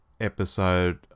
episode